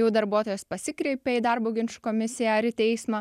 jau darbuotojas pasikreipė į darbo ginčų komisiją ar į teismą